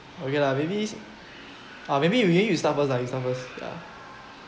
okay lah maybe ah maybe you start first lah you start first ya